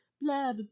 Blah